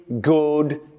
good